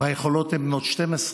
ביכולות הן בנות 12,